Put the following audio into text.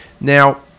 Now